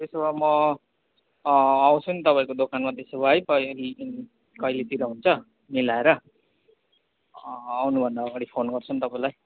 त्यसो भए म आउँछु नि तपाईँको दोकानमा त्यसो भए है कै कहिलेतिर हुन्छ मिलाएर आउनु भन्दा अगाडि फोन गर्छु नि तपाईँलाई